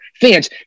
fans